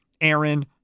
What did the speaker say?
Aaron